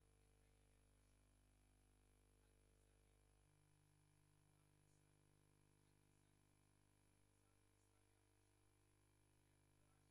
(הישיבה נפסקה בשעה 11:04 ונתחדשה בשעה 11:11.)